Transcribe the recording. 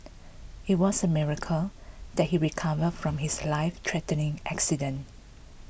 it was a miracle that he recovered from his life threatening accident